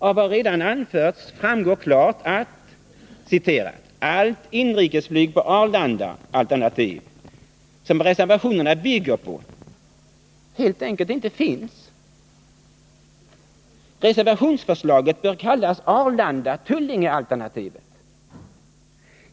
Av vad redan anförts framgår klart att det alternativ med ”allt inrikesflyg på Arlanda”, som reservationerna bygger på, helt enkelt inte finns. Reservationsförslaget bör kallas Arlanda-Tullingealternativet.